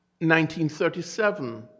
1937